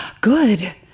Good